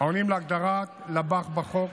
העונים להגדרת לב"ח בחוק